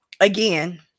Again